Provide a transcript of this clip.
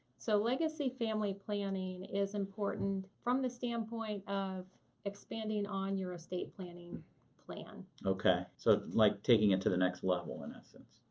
so legacy family planning is important from the standpoint of expanding on your estate planning plan. so like taking it to the next level in essence?